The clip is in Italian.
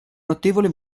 notevole